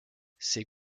ces